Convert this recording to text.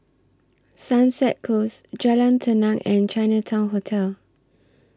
Sunset Close Jalan Tenang and Chinatown Hotel